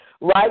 Right